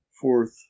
fourth